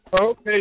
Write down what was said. Okay